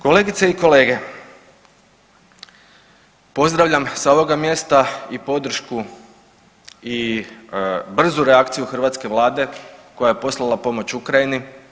Kolegice i kolege, pozdravljam sa ovoga mjesta i podršku i brzu reakciju hrvatske vlade koja je poslala pomoć Ukrajini.